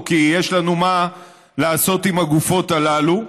או כי יש לנו מה לעשות עם הגופות הללו.